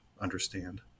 understand